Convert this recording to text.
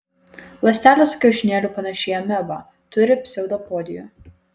ląstelė su kiaušinėliu panaši į amebą turi pseudopodijų